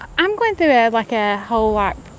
i'm going through, ah like, a whole, like,